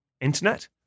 internet